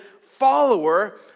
follower